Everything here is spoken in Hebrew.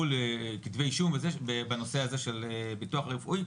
כתבי אישום בנושא הזה של ביטוח רפואי,